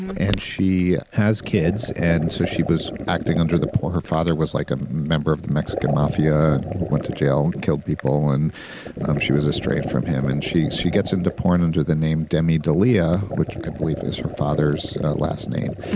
and she has kids. and so she was acting under the poor. her father was like a member of the mexican mafia, went to jail, killed people, and um she was estranged from him. and she she gets into porn under the name demi dalia, which i believe is her father's last name.